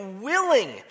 willing